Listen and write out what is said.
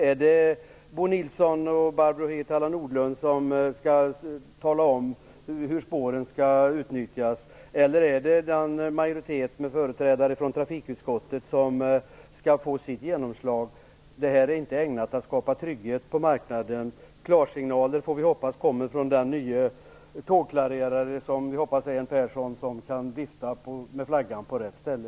Är det Bo Nilsson och Barbro Hietala Nordlund som skall tala om hur spåren skall utnyttjas, eller är majoriteten med företrädare för trafikutskottet som skall få sitt genomslag? Detta är inte ägnat att skapa trygghet på marknaden. Vi får hoppas att klarsignaler kommer från den nye tågklareraren Göran Persson, som kan vifta med flaggan på rätt ställe.